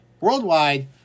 worldwide